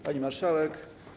Pani Marszałek!